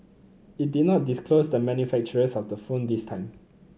it did not disclose the manufacturers of the phones this time